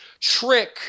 trick